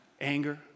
anger